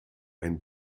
ein